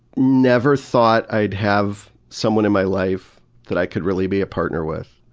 never thought i'd have someone in my life that i could really be a partner with,